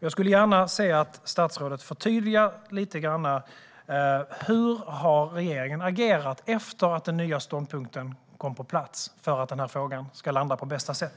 Jag skulle gärna se att statsrådet förtydligar lite grann hur regeringen har agerat efter att den nya ståndpunkten kom på plats för att denna fråga ska landa på bästa sätt.